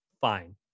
fine